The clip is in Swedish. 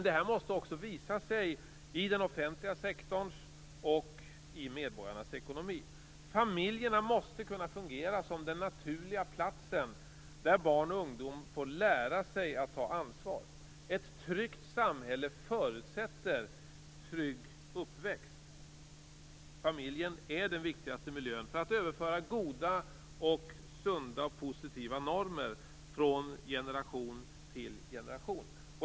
Detta måste också visa sig i den offentliga sektorns och i medborgarnas ekonomi. Familjerna måste kunna fungera som den naturliga platsen där barn och ungdom får lära sig ta ansvar. Ett tryggt samhälle förutsätter en trygg uppväxt. Familjen är den viktigaste miljön för att överföra goda, sunda och positiva normer från generation till generation.